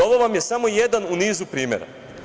Ovo vam je samo jedan u nizu primera.